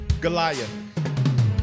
Goliath